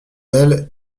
elle